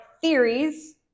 theories